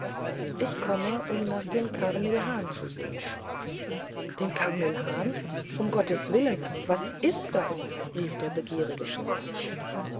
ich komme um nach dem carmilhan zu sehen dem carmilhan um gottes willen was ist das rief der begierige schiffer